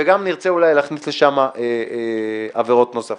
ואולי נרצה אולי להכניס לשם עבירות נוספות.